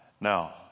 Now